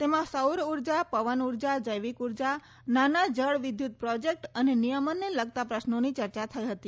તેમાં સૌર ઉર્જા પવનઉર્જા જૈવિક ઉર્જા નાના જળ વિદ્યુત પ્રોજેક્ટ અને નિયમનને લગતા પ્રશ્નોની ચર્ચા થઈ હતી